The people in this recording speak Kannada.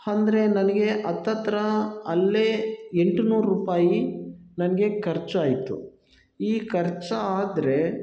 ಅಂದ್ರೆ ನನಗೆ ಹತ್ತತ್ರ ಅಲ್ಲೇ ಎಂಟು ನೂರು ರೂಪಾಯಿ ನನಗೆ ಖರ್ಚಾಯಿತು ಈ ಖರ್ಚು ಆದರೆ